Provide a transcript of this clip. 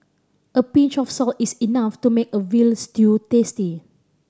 a pinch of salt is enough to make a veal stew tasty